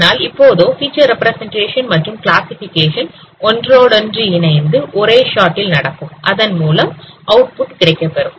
ஆனால் இப்போதோ feature representation மற்றும் கிளாசிஃபிகேஷன் ஒன்றோடொன்று இணைந்து ஒரே ஷாட்டில் நடக்கும் அதன்மூலம் அவுட்புட் கிடைக்கப்பெறும்